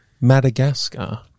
Madagascar